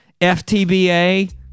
FTBA